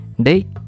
Day